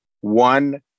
one